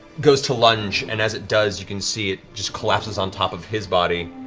goes to lunge, and as it does, you can see it just collapses on top of his body,